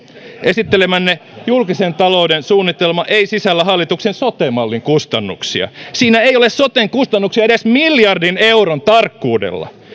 esittelemänne julkisen talouden suunnitelma ei sisällä hallituksen sote mallin kustannuksia siinä ei ole soten kustannuksia edes miljardin euron tarkkuudella